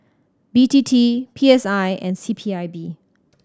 B T T P S I and C P I B